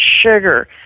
sugar